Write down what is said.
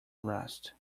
rest